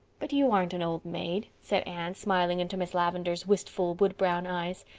but you aren't an old maid, said anne, smiling into miss lavendar's wistful woodbrown eyes.